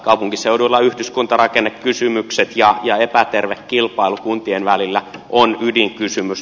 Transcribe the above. kaupunkiseuduilla yhdyskuntarakennekysymykset ja epäterve kilpailu kuntien välillä on ydinkysymys